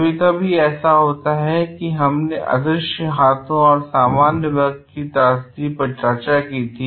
कभी कभी ऐसा होता है जैसा कि हमने अदृश्य हाथों और सामान्य वर्ग की त्रासदी पर चर्चा की थी